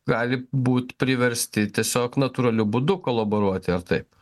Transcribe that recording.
gali būt priversti tiesiog natūraliu būdu kolaboruoti ar taip